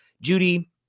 Judy